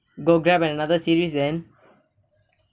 go grab another series then